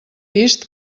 vist